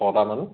ছটা মানুহ